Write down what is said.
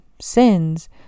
sins